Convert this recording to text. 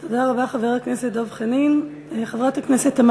תודה רבה, חבר הכנסת דב חנין.